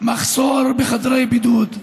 מחסור בחדרי בידוד,